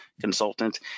consultant